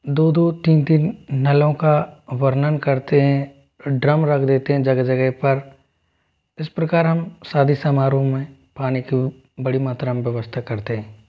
दो दो तीन तीन नलों का वर्णन करते हैं ड्रम रख देते हैं जगह जगह पर इस प्रकार हम शादी समारोह में पानी की बड़ी मात्रा में व्यवस्था करते हैं